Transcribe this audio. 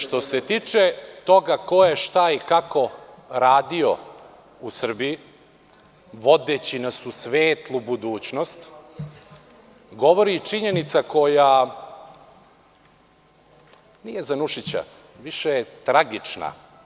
Što se tiče toga ko je šta i kako radio u Srbiji vodeći nas u svetlu budućnost, govori činjenica koja nije za Nušića više je tragična.